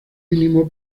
mínimo